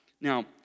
Now